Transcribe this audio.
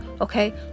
Okay